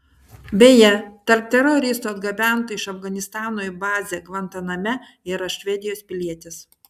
beje tarp teroristų atgabentų iš afganistano į bazę gvantaname yra švedijos pilietis